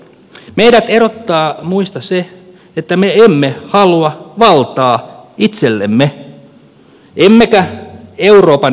meidät erottaa muista se että me emme halua valtaa itsellemme emmekä euroopan unionille